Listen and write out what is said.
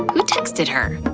who texted her?